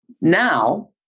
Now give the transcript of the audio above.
Now